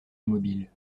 immobile